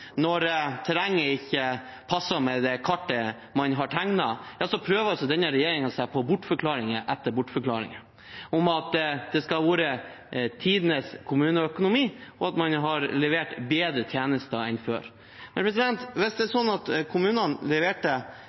når terrenget ikke passer med det kartet man har tegnet, prøver altså denne regjeringen seg på bortforklaringer etter bortforklaringer om at det skal være tidenes kommuneøkonomi, og at man har levert bedre tjenester enn før. Men hvis det er sånn at kommunene